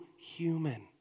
human